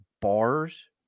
bars